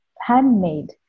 handmade